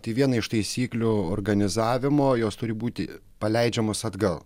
tai viena iš taisyklių organizavimo jos turi būti paleidžiamos atgal